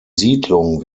siedlung